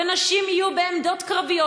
ונשים יהיו בעמדות קרביות.